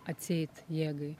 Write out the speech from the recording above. atseit jėgai